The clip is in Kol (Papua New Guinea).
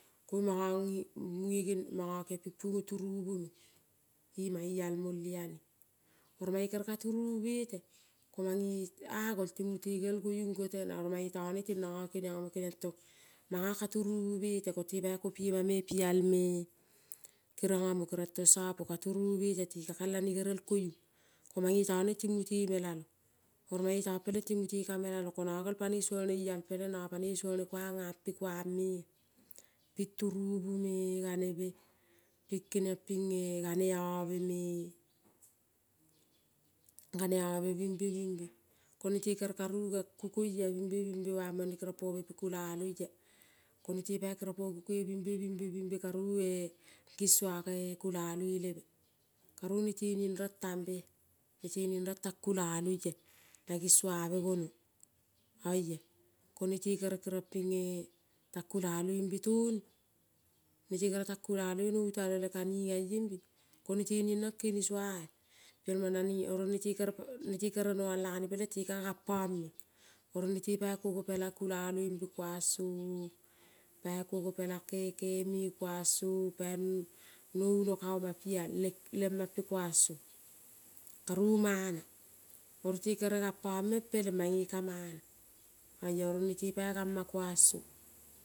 Koluing manga ngangie munge gen manga kiong pi pungo turuvume ema eal mole ale. Oro mae ere ka turuvu bete komange agol ting mute gerel going gote na oro mae tane ting nanga keniong amo tong manga ka turuvu bete kote pai kopie lma me pialme keriong amo keriong tong sapo ka turuvu bete te kakelane gerel koiung ko mange tone ting mute melalo ko nanga gerel panoi sualne ial peleng nanga panoi sualne kuang ampe kuang me pi turavu me ganebe, pi kiniong pinge gane ave me, gane ave bimbe bimbe. Ko nete kere karu kang kukoia bimbe bimbe bamang ne kereng pobe piko la aloia. Ko nete pai keriong po kukoi bimbe, bimbe, bimbe karovue kisua kae kulalui lebe karu nete nendrong tambe. Nete nendrong tang kulaluia na gisuave gonong oia. ko nete kere keriong pinge tang kulaluimbe toni nete kere tang kulaloi novutalo le kanigaimbe ko nete nendrong kelisua piel mang na ni oro nete kere, nete kere noal ane pelenga te ka kang pang meng oro nete pai kuogo pela kulaloi mbe kuang song ing pai kuogo pela kekeme kuang song paine no gunaka oma pial le lemampe kuang song. Karou mana oro te gere kang pang meng peleng mange ka mana oia oro nete pai kam kuang song.